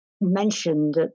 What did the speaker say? mentioned